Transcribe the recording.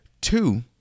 Two